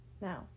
Now